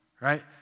Right